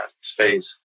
space